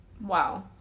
Wow